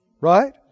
Right